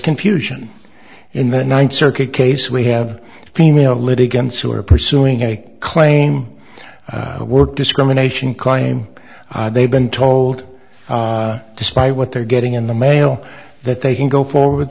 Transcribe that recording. confusion in the ninth circuit case we have female litigants who are pursuing a claim work discrimination claim they've been told despite what they're getting in the mail that they can go forward